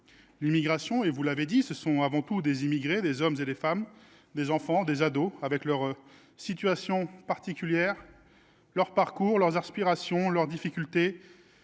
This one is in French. L’immigration, vous l’avez dit, ce sont avant tout des immigrés, des hommes, des femmes, des enfants, des ados, avec leurs situations particulières, leurs parcours, leurs aspirations, leurs difficultés